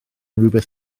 rywbeth